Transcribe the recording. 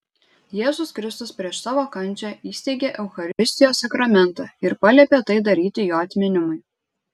jėzus kristus prieš savo kančią įsteigė eucharistijos sakramentą ir paliepė tai daryti jo atminimui